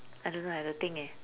I don't know eh have to think eh